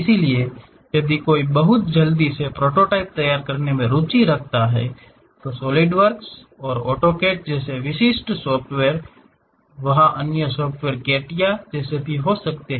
इसलिए यदि कोई बहुत जल्दी से प्रोटोटाइप तैयार करने में रुचि रखता है तो ऑटोकैड और सॉलिडवॉर्क जैसे विशिष्ट सॉफ्टवेयर वहाँ अन्य सॉफ्टवेयर CATIA की तरह हैं